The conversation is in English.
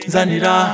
Zanira